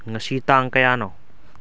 ꯉꯁꯤ ꯇꯥꯡ ꯀꯌꯥꯅꯣ